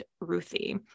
Ruthie